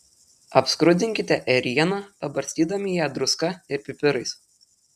apskrudinkite ėrieną pabarstydami ją druska ir pipirais